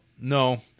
no